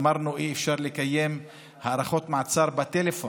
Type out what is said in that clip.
אמרנו: אי-אפשר לקיים הארכות מעצר בטלפון,